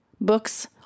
books